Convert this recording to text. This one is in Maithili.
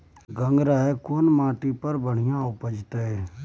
गंगराय केना माटी पर बढ़िया उपजते?